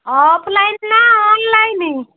offline ନା online